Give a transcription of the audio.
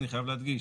אני חייב להדגיש,